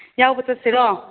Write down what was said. ꯌꯥꯎꯕ ꯆꯠꯁꯤꯔꯣ